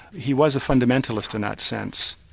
he was a fundamentalist in that sense.